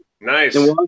Nice